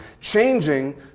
changing